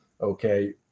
okay